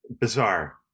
bizarre